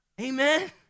Amen